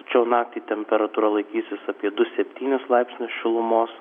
tačiau naktį temperatūra laikysis apie du septynis laipsnius šilumos